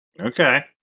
Okay